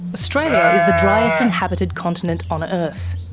australia is the driest inhabited continent on earth.